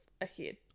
ahead